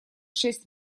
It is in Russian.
шесть